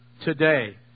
today